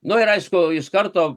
nu ir aišku iš karto